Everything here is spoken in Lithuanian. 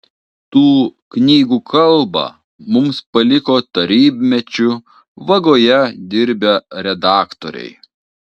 tų knygų kalbą mums paliko tarybmečiu vagoje dirbę redaktoriai